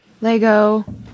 Lego